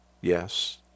Yes